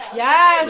yes